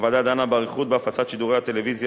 הוועדה דנה באריכות בהפצת שידורי הטלוויזיה